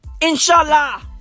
Inshallah